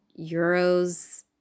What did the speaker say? euros